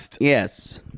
Yes